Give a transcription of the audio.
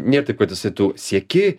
nė taip kad jisai tu sieki